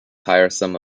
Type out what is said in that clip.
tiresome